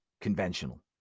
conventional